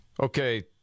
Okay